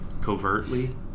covertly